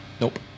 Nope